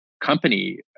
company